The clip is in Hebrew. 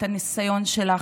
את הניסיון שלך,